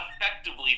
effectively